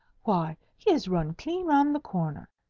why, he has run clean round the corner.